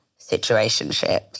situationships